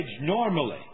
normally